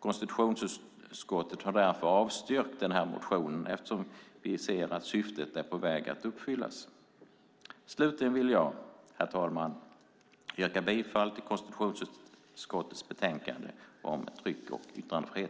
Konstitutionsutskottet har avstyrkt motionen eftersom vi ser att syftet är på väg att uppfyllas. Slutligen vill jag yrka bifall till förslaget i konstitutionsutskottets betänkande om tryck och yttrandefrihet.